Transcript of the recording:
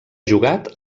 jugat